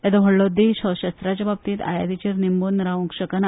येदो व्हडलो देश हो शस्त्रांचे बाबतींत आयातीचेर निंबून रावंक शकना